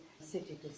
city